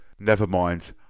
Nevermind